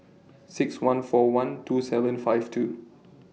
six one four one two seven five two